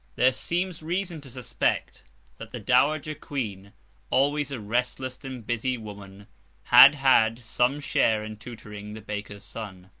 there seems reason to suspect that the dowager queen always a restless and busy woman had had some share in tutoring the baker's son.